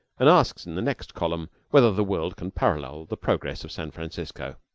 and asks in the next column whether the world can parallel the progress of san francisco.